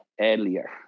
earlier